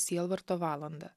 sielvarto valandą